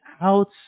out